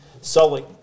Sully